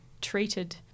treated